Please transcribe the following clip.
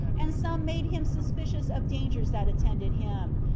and some made him suspicious of dangers that attended him,